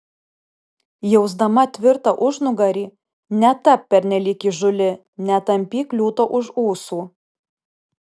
jausdama tvirtą užnugarį netapk pernelyg įžūli netampyk liūto už ūsų